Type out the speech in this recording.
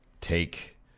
take